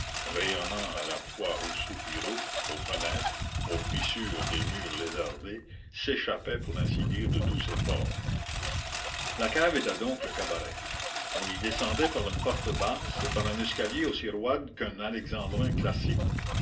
rayonnant à la fois aux soupiraux aux fenêtres aux fissures des murs lézardés s'échappait pour ainsi dire de tous ses pores la cave était donc le cabaret on y descendait par une porte basse et par un escalier aussi roide qu'un alexandrin classique